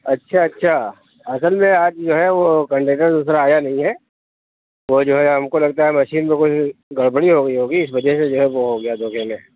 اچھا اچھا اصل میں آج جو ہے وہ کنڈیکٹر دوسرا آیا نہیں ہے وہ جو ہے ہم کو لگتا ہے مشین میں كچھ گڑبڑی ہو گئی ہوگی اِس وجہ سے جو ہے وہ ہو گیا دھوکے میں